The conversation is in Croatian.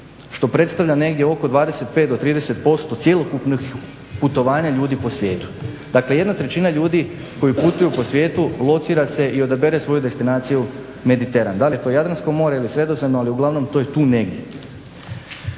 što predstavlja negdje oko 25 do 30% cjelokupnog putovanja ljudi po svijetu. Dakle 1/3 ljudi koji putuju po svijetu locira se i odabere svoju destinaciju Mediteran, da li je to Jadransko more ili Sredozemno ali uglavnom to je tu negdje.